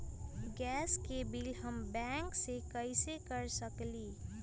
Gas के बिलों हम बैंक से कैसे कर सकली?